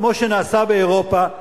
כמו שנעשה באירופה.